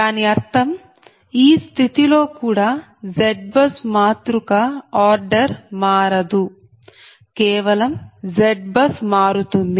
దాని అర్థం ఈ స్థితిలో కూడా ZBUS మాతృక ఆర్డర్ order అమరిక మారదు కేవలం ZBUS మారుతుంది